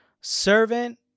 servant